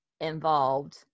involved